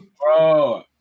bro